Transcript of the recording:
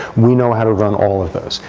we know how to run all of those.